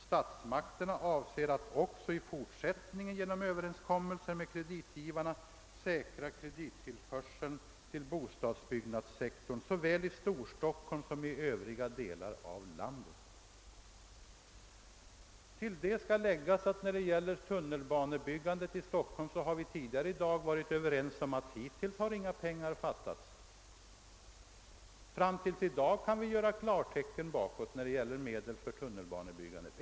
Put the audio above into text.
Statsmakterna avser att också i fortsättningen genom överenskommelser med kreditgivarna säkra kredittillförseln till bostadsbyggnadssektorn såväl i Storstockholm som i övriga delar av landet.> Till detta skall läggas att när det gäller tunnelbanebyggandet i Stockholm har vi tidigare i dag varit överens om att inga pengar hittills har fattats. Fram till i dag kan vi göra klartecken bakåt när det gäller medel för tunnelbanebyggandet.